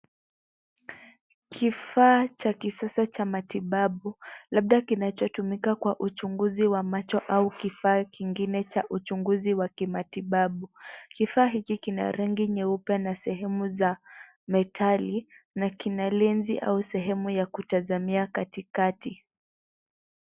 Kifaa cha kisasa cha matibabu labda kinachotumika kwa uchunguzi wa macho au kifaa kingine cha uchunguzi wa kimatibabu . Kifaa hiki kina rangi nyeupe na sehemu za metali na kina lensi au sehemu ya kutazamia katikati.